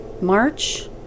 March